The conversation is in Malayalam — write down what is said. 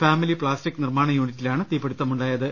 ഫാമിലി പ്ലാസ്റ്റി ക്സിലെ നിർമ്മാണ യൂണിറ്റിലാണ് തീപിടിച്ചത്